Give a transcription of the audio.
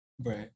Right